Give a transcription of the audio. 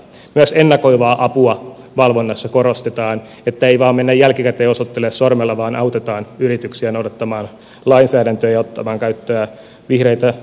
myös ennakoivaa apua valvonnassa korostetaan että ei vain mennä jälkikäteen osoittelemaan sormella vaan autetaan yrityksiä noudattamaan lainsäädäntöä ja ottamaan käyttöön vihreitä ratkaisuja